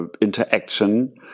interaction